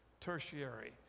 tertiary